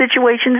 situations